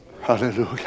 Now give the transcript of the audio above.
Hallelujah